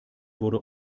wurde